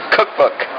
Cookbook